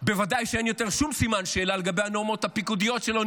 בוודאי שאין יותר שום סימן שאלה לגבי הנורמות הפיקודיות שלו,